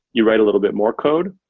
you write a little bit more code.